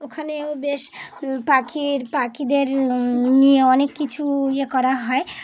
ওখানেও বেশ পাখির পাখিদের নিয়ে অনেক কিছু ইয়ে করা হয়